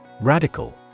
Radical